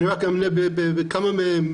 ואמנה רק כמה מהם,